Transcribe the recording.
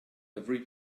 every